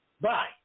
Bye